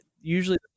usually